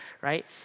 right